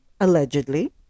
allegedly